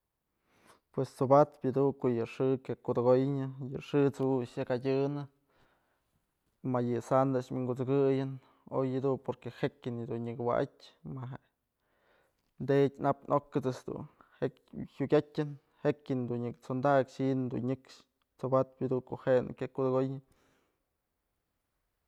Pues t'sobatpë yëdun ko'o yë xë kya kudëkoynë yë xë t'su a'ax yakadyënë mayë sandë a'ax winkusëkëyën oy jedun porque jekyën yedun nyak wa'atyë maje tëtyë nap nokët's jedun jekyë jyukyatën jekyën dun nyaka t'sondakyë xi'inë dun nyëkxë t'sobad pyëdun ko'o jenë kya kudëkoynë.